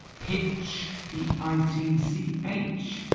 pitch pete itc h